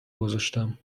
گذاشتم